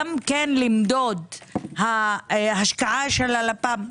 למדוד את ההשקעה של הלפ"ם.